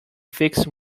fixed